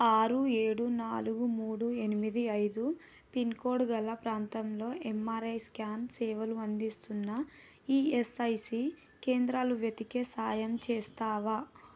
ఆరు ఏడు నాలుగు మూడు ఎనిమిది ఐదు పిన్కోడ్గల ప్రాంతంలో ఎమ్ఆర్ఐ స్కాన్ సేవలు అందిస్తున్న ఈఎస్ఐసి కేంద్రాలు వెతికే సాయం చేస్తావా